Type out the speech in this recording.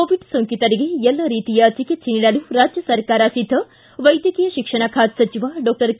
Covid ಸೋಂಕಿತರಿಗೆ ಎಲ್ಲ ರೀತಿಯ ಚಿಕಿತ್ವೆ ನೀಡಲು ರಾಜ್ಯ ಸರ್ಕಾರ ಸಿದ್ದ ವೈದ್ಯಕೀಯ ಶಿಕ್ಷಣ ಖಾತೆ ಸಚಿವ ಡಾಕ್ಟರ್ ಕೆ